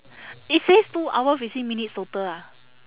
it says two hour fifteen minutes total ah